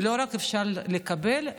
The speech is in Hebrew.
ואי-אפשר רק לקבל,